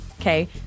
Okay